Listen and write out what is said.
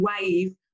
wave